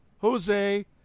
Jose